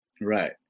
Right